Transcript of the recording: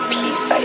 peace